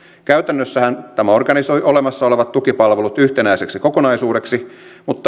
käytännössähän tämä organisoi olemassa olevat tukipalvelut yhtenäiseksi kokonaisuudeksi mutta